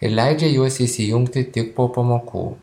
ir leidžia juos įsijungti tik po pamokų